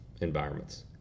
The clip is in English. environments